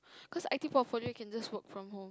cause i_t portfolio you can just work from home